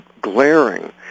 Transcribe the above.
glaring